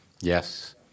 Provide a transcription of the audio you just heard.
Yes